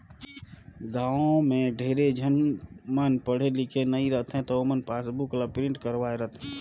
गाँव में ढेरे झन मन पढ़े लिखे नई रहें त ओमन पासबुक ल प्रिंट करवाये रथें